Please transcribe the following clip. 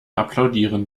applaudieren